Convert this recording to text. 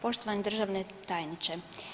Poštovani državni tajniče.